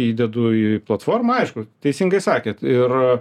įdedu į platformą aišku teisingai sakėt ir